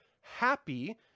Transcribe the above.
happy